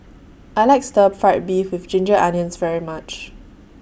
I like Stir Fried Beef with Ginger Onions very much